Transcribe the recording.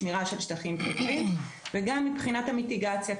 שמירה של שטחים פתוחים וגם מבחינת המיטיגציה,